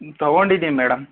ತೊಗೊಂಡಿದೀನಿ madam